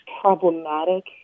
problematic